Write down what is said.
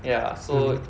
ya so